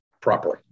properly